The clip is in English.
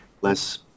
less